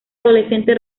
adolescente